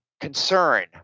concern